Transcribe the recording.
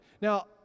Now